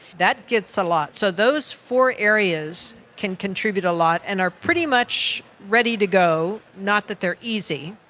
that gets a lot. so those four areas can contribute a lot and are pretty much ready to go, not that they are easy.